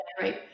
right